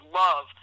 love